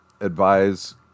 advise